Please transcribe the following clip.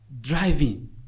driving